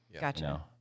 Gotcha